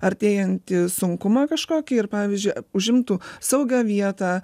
artėjantį sunkumą kažkokį ir pavyzdžiui užimtų saugią vietą